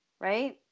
right